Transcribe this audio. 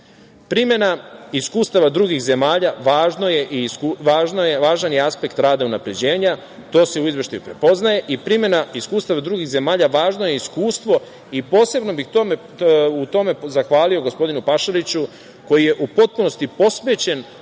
iskustava drugih zemalja važan je aspekt rada unapređenja, to se u Izveštaju prepoznaje, i primena iskustava drugih zemalja važno je iskustvo i posebno bih na tome zahvalio gospodinu Pašaliću, koji je u potpunosti posvećen